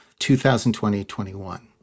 2020-21